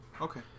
Okay